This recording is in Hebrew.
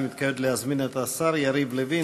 אני מתכבד להזמין את השר יריב לוין,